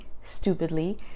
stupidly